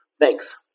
Thanks